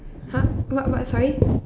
!huh! what what sorry